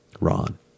Ron